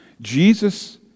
Jesus